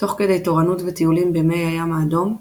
תוך כדי תורנות וטיולים במי הים האדום,